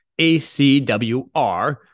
ACWR